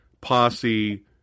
Posse